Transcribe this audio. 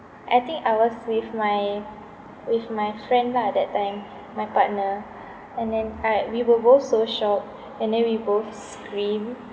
I think I was with my with my friend lah that time my partner and then I we were both so shocked and then we both screamed